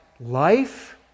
life